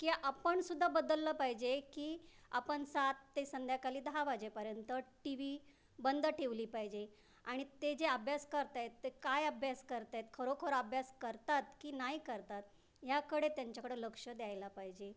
की आपणसुद्धा बदललं पाहिजे की आपण सात ते संध्याकाळी दहा वाजेपर्यंत टी वी बंद ठेवली पाहिजे आणि ते जे अभ्यास करत आहेत ते काय अभ्यास करत आहेत खरोखर अभ्यास करतात की नाही करतात ह्याकडे त्यांच्याकडं लक्ष द्यायला पाहिजे